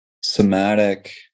somatic